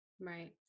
Right